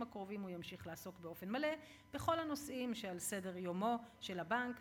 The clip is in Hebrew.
הקרובים הוא ימשיך לעסוק באופן מלא בכל הנושאים שעל סדר-יומו של הבנק,